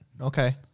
Okay